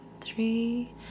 three